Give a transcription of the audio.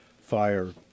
fire